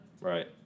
Right